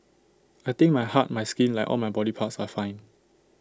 I think my heart my skin like all my body parts are fine